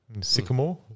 Sycamore